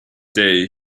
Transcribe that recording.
day